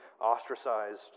ostracized